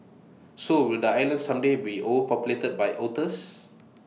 so will the island someday be overpopulated by otters